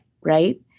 right